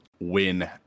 win